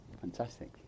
fantastic